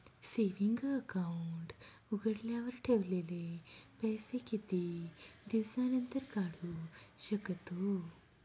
Saving account उघडल्यावर ठेवलेले पैसे किती दिवसानंतर काढू शकतो?